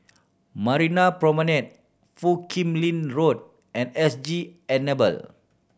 Marina Promenade Foo Kim Lin Road and S G Enable